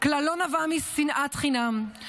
כלל לא נבע מ'שנאת חינם'.